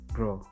Bro